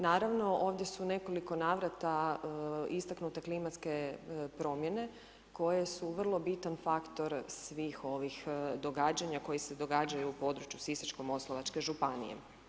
Naravno, ovdje su u nekoliko navrata istaknute klimatske promjene koje su vrlo bitan faktor svih ovih događanja koje se događaju u području Sisačko-moslavačka županije.